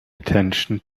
attention